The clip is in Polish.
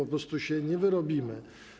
Po prostu się nie wyrobimy.